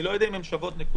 אני לא יודע אם הן שוות נקודה,